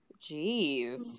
Jeez